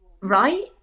Right